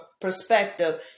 perspective